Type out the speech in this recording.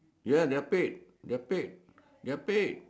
ya they are paid they're paid they're paid they're paid